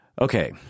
Okay